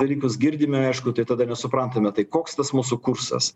dalykus girdime aišku tai tada nesuprantame tai koks tas mūsų kursas